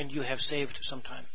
and you have saved some time